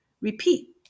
Repeat